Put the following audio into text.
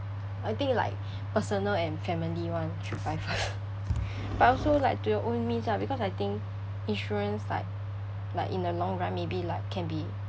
I think like personal and family one should buy first but also like to your own means lah because I think insurance like like in the long run maybe like can be